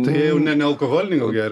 tai jie jau ne nealkoholinį gal geria